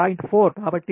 4 కాబట్టి 0